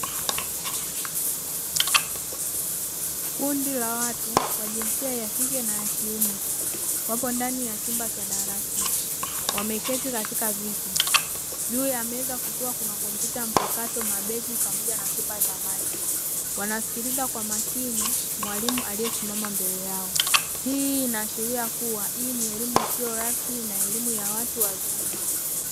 Kundi la watu wa jinsia ya kike na ya kiume wapo ndani ya chumba cha darasa wameketi katika viti, juu ya meza kukiwa na kompyuta mpakato, mabegi pamoja na chupa za maji wanasikiliza kwa makini mwalimu aliyesimama mbele yao. Hii inaashiria kuwa hii ni elimu isiyo rasmi na elimu ya watu wazima.